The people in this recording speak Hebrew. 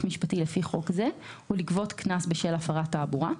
משפטי לפי חוק זה או לגבות קנס בשל הפרת תעבורה.